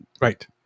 Right